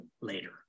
later